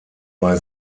bei